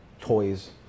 toys